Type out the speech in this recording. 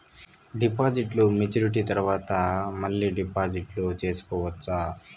డిపాజిట్లు మెచ్యూరిటీ తర్వాత మళ్ళీ డిపాజిట్లు సేసుకోవచ్చా?